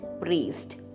priest